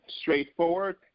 straightforward